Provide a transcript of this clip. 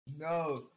No